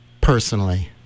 personally